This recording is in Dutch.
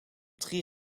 drie